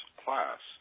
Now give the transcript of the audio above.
class